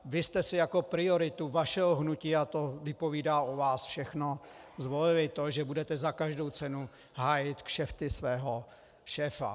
Vy jste si jako prioritu vašeho hnutí, a to vypovídá o vás všechno, zvolili to, že budete za každou cenu hájit kšefty svého šéfa.